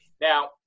Now